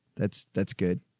that's, that's good.